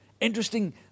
interesting